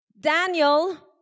Daniel